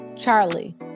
Charlie